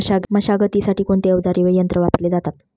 मशागतीसाठी कोणते अवजारे व यंत्र वापरले जातात?